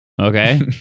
Okay